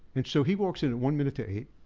and so he walks in at one minute to eight